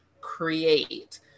create